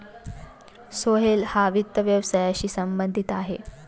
सोहेल हा वित्त व्यवसायाशी संबंधित आहे